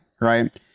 right